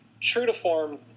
true-to-form